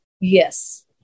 yes